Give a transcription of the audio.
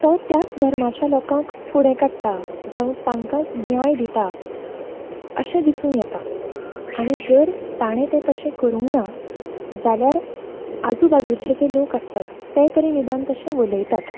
तो त्याच धर्माच्या लोकांक फुडें काडटा जावं तांकांच न्याय दिता अशें दिसून येता आनी जर ताणें तें तशें करूंक ना जाल्यार आजू बाजुचे जे लोक आसतात ते तरी निदान तशें उलयतात